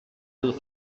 dut